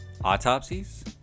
autopsies